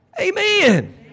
Amen